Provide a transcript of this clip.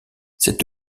cet